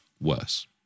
worse